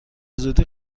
زودی